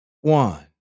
One